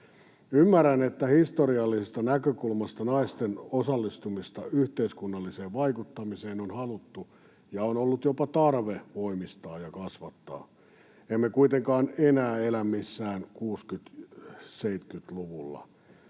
Ymmärrän, että historiallisesta näkökulmasta naisten osallistumista yhteiskunnalliseen vaikuttamiseen on haluttu ja on ollut jopa tarve voimistaa ja kasvattaa. Emme kuitenkaan enää elä millään 60—70-luvulla.